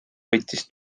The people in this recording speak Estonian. võttis